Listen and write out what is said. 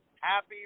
Happy